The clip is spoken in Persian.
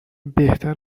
بهتر